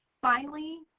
finally,